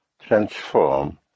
transform